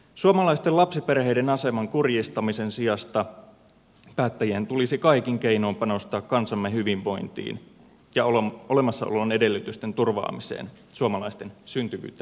suomalaisten lapsiperheiden aseman kurjistamisen sijasta päättäjien tulisi kaikin keinoin panostaa kansamme hyvinvointiin ja olemassaolon edellytysten turvaamiseen suomalaisten syntyvyyttä edistämällä